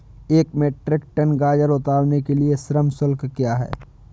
एक metric tonne गाजर उतारने के लिए श्रम शुल्क क्या है?